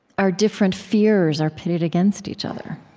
our different fears are pitted against each other.